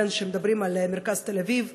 על מרכז תל-אביב,